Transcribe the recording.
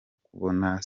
kubona